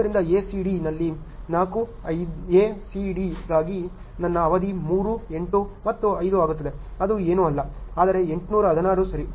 ಆದ್ದರಿಂದ A C D ನಲ್ಲಿ 4 A C D ಗಾಗಿ ನನ್ನ ಅವಧಿ 3 8 ಮತ್ತು 5 ಆಗಿರುತ್ತದೆ ಅದು ಏನೂ ಅಲ್ಲ ಆದರೆ 816 ಸರಿ